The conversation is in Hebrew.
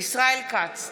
ישראל כץ,